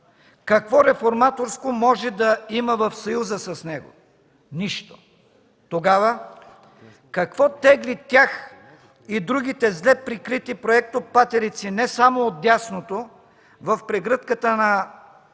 Какво реформаторско може да има в съюза с него? Нищо. Тогава? Какво тегли тях и другите зле прикрити проектопатерици не само от дясното в прегръдката на основния